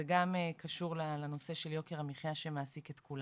זה גם קשור לנושא של יוקר המחיה שמעסיק את כולנו.